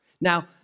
Now